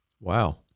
Wow